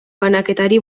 banaketari